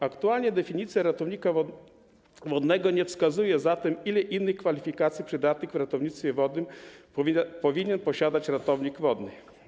Aktualnie definicja ratownika wodnego nie wskazuje zatem, ile innych kwalifikacji przydatnych w ratownictwie wodnym powinien posiadać ratownik wodny.